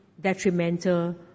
detrimental